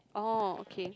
orh okay